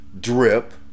drip